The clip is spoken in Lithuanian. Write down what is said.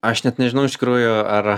aš net nežinau iš tikrųjų ar